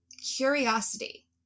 curiosity